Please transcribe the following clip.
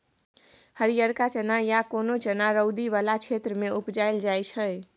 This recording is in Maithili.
हरियरका चना या कोनो चना रौदी बला क्षेत्र मे उपजाएल जाइ छै